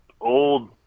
old